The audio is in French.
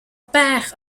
père